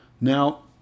Now